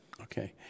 Okay